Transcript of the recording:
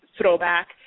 throwback